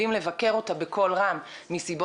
נציין שלמעשה הנתונים שהזכרנו עד עכשיו מעלים מספר